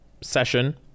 session